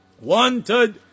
Wanted